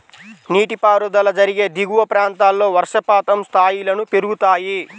నీటిపారుదల జరిగే దిగువ ప్రాంతాల్లో వర్షపాతం స్థాయిలను పెరుగుతాయి